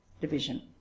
division